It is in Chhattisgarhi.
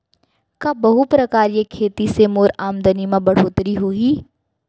का बहुप्रकारिय खेती से मोर आमदनी म बढ़होत्तरी होही?